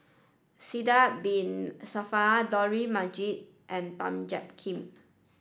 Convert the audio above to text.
Sidek Bin Saniff Dollah Majid and Tan Jiak Kim